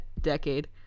decade